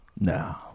No